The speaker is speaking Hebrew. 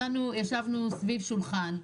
ישבנו סביב שולחן.